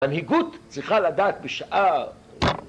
מנהיגות צריכה לדעת בשעה